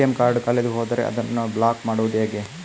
ATM card ಕಳೆದು ಹೋದರೆ ಅದನ್ನು ಬ್ಲಾಕ್ ಮಾಡುವುದು ಹೇಗೆ?